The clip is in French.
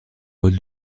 vol